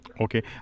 Okay